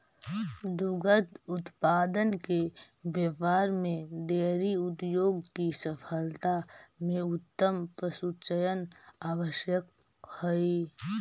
दुग्ध उत्पादन के व्यापार में डेयरी उद्योग की सफलता में उत्तम पशुचयन आवश्यक हई